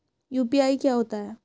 UPI क्या होता है?